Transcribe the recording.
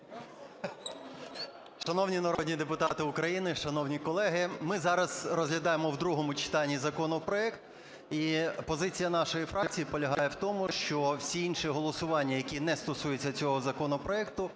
Шановні народні депутати України, шановні колеги! Ми зараз розглядаємо в другому читанні законопроект. І позиція нашої фракції полягає в тому, що всі інші голосування, які не стосуються цього законопроекту,